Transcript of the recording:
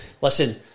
listen